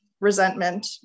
resentment